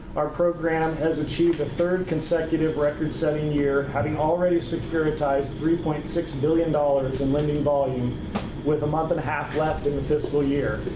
our program has achieved the third consecutive record setting year, having already securitized three point six billion dollars in lending volume with a month and a half left in the fiscal year.